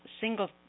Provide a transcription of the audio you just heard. single